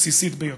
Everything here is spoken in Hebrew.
הבסיסית ביותר.